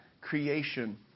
creation